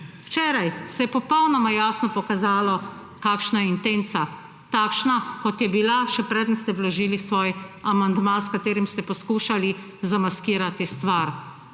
Včeraj se je popolnoma jasno pokazalo, kakšna je intenca. Takšna, kot je bila, še preden ste vložili svoj amandma, s katerim ste poskušali zamaskirati stvar.